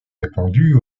répandue